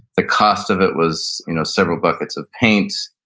the cost of it was you know several buckets of paint.